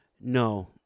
No